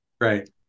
Right